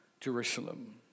Jerusalem